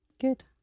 good